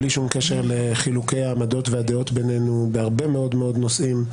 בלי שום קשר לחילוקי העמדות והדעות בינינו בהרבה מאוד נושאים,